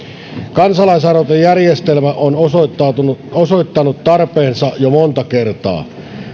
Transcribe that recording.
kansalaisaloitejärjestelmä on osoittanut osoittanut tarpeellisuutensa jo monta kertaa